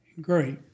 Great